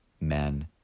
men